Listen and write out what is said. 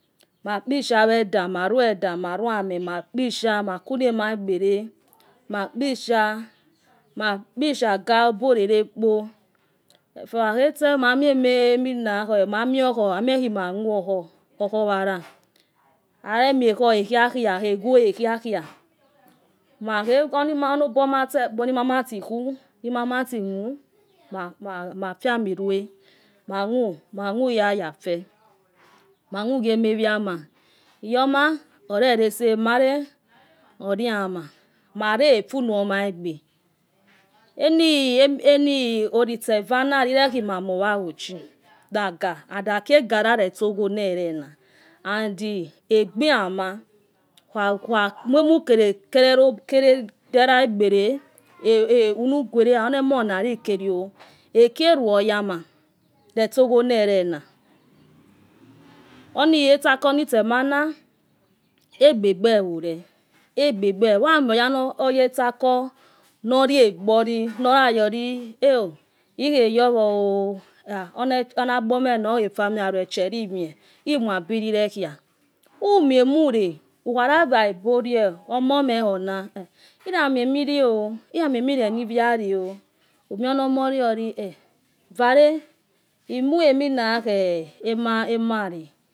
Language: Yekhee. Makpishaweda, melaeda. maltams, makpisha. Makuna. Ema egbere, akpisha. makpishaga obororokpo. efe ohahe tse. mamismana. minakue mamio. okho. amue, kwuima, muo, okhowala, aremia okuho, kue khakwa kho egwe who khia khia, onoboma. otse kpo onomalatokhu. minaalamu. mafiami rue. mamu. mamuga. yafo. mamugioma wama. iyoma orelese male. oriama. au efunoyo ma egbe. enieni olitsa, eva. liltmamowa. auchi naga and ekiagalaretso guonelena. ande egbo yama, okhamuamu lestsola egbe. nuguare enemona, likere oh okewoyama, retsoguonelena. ona etsavo natsemana egbebe evole egbebo evo amuo ya noye etsako noua egboli nareyo uikwyowo o. ona agbomhe na okhe fuaa mewa lo. echolimio. imabirirokhia. umuo mule, ukharawa ebolie emor mekhono ikhimiamolo o. iyamiamireni iuia le o. umie omor lie onu uaro emua mina leba emale.